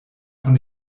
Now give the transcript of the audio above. von